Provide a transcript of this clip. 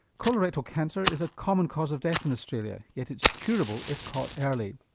colorectal cancer is a common cause of death in australia, yet it's curable if caught early.